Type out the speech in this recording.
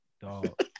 dog